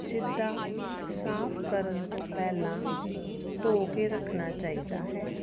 ਸਿੱਧਾ ਸਾਫ ਕਰਨ ਤੋਂ ਪਹਿਲਾਂ ਧੋ ਕੇ ਰੱਖਣਾ ਚਾਹੀਦਾ ਹੈ